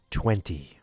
twenty